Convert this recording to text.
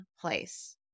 place